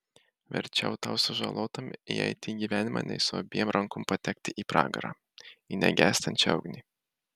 verčiau tau sužalotam įeiti į gyvenimą nei su abiem rankom patekti į pragarą į negęstančią ugnį